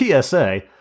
psa